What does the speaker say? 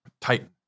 Titan